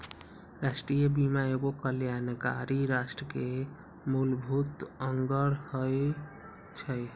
राष्ट्रीय बीमा एगो कल्याणकारी राष्ट्र के मूलभूत अङग होइ छइ